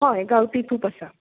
हय गावटी तूप आसा